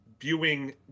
viewing